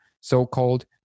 so-called